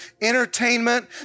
entertainment